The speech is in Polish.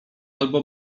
albo